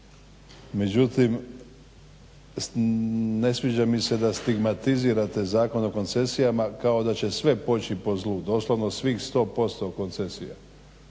Međutim ne sviđa mi se da stigmatizirate Zakon o koncesijama kao da će sve poći po zlu, doslovno svih 100% koncesija,